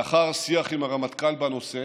לאחר שיח עם הרמטכ"ל בנושא